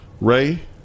Ray